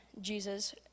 Jesus